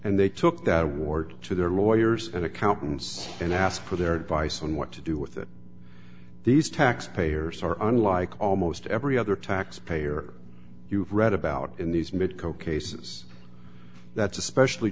and they took that ward to their lawyers and accountants and asked for their advice on what to do with it these taxpayers are unlike almost every other taxpayer you've read about in these medical cases that's especially